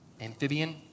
amphibian